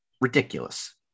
ridiculous